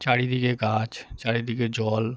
চারিদিকে গাছ চারিদিকে জল